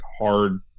hard